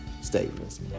statements